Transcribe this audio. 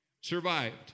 survived